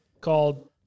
called